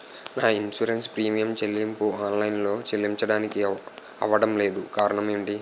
నా insurance premium చెల్లింపు online లో చెల్లించడానికి అవ్వడం లేదు కారణం ఏమిటి?